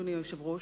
אדוני היושב-ראש,